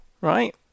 Right